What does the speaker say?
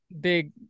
big